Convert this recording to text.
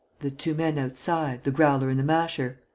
the two men outside the growler and the masher?